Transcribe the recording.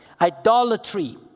idolatry